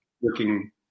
working